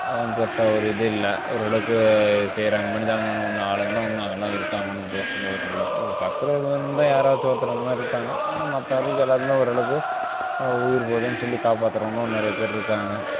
பெருசாக ஒரு இது இல்லை ஓரளவுக்கு செய்கிறாங்க மனிதவிமானம் உள்ள ஆளுங்களாம் இன்னும் அங்கேல்லாம் இருக்காங்க ஒன்றும் பேசல பத்தில் பதினொன்று தான் யாராச்சும் ஒருத்தர் அந்தமாதிரி இருக்காங்க ஆனால் மற்ற அளவுக்கு எல்லோருக்குமே ஓரளவுக்கு உயிர் போகுதேன்னு சொல்லி காப்பாற்றுறவங்களும் நிறையா பேர் இருக்காங்க